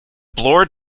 bloor